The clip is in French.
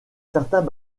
certains